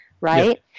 right